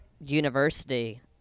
University